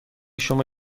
شما